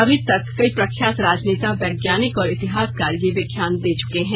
अभी तक कई प्रख्यात राजनेता वैज्ञानिक और इतिहासकार यह व्याख्यान दे चुके हैं